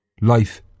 Life